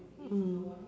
mm